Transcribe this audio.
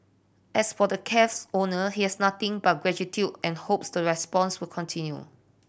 as for the cafe's owner he has nothing but gratitude and hopes the response will continue